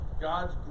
God's